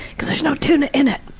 cause there's no tuna in it!